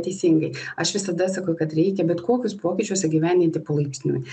teisingai aš visada sakau kad reikia bet kokius pokyčius įgyvendinti palaipsniui